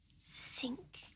sink